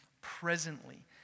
presently